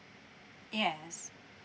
yes